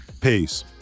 Peace